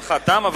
זמנך תם,